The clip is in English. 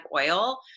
oil